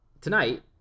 tonight